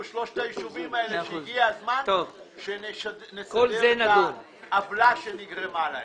יש בפנינו את שלושת הישובים האלה והגיע הזמן לתקן את העוולה שנגרמה להם.